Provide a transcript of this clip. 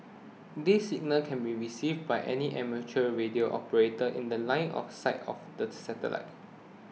this signal can be received by any amateur radio operator in The Line of sight of the satellite